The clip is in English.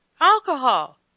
Alcohol